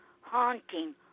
haunting